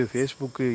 Facebook